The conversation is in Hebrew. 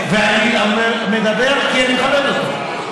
אני מדבר כי אני מכבד אותו,